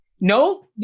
no